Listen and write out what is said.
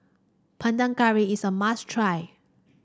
Panang Curry is a must try